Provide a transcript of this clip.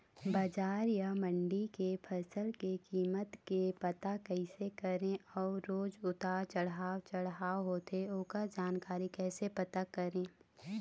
बजार या मंडी के फसल के कीमत के पता कैसे करें अऊ रोज उतर चढ़व चढ़व होथे ओकर जानकारी कैसे पता करें?